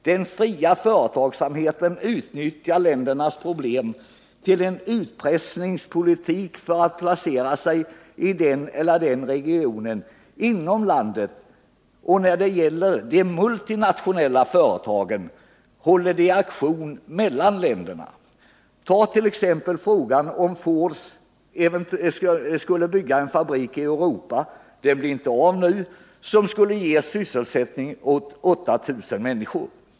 Den fria företagsamheten utnyttjar ländernas problem till att föra en utpressningspolitik när det gäller att placera sig i den eller den regionen inom landet. När det gäller de multinationella företagen håller de auktion mellan länderna. Ford Motor Company skulle t.ex. bygga en fabrik i Europa vilken skulle ge sysselsättning åt 8 000 människor.